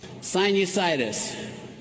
sinusitis